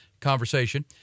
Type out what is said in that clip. conversation